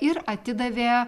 ir atidavė